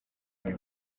buri